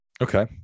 Okay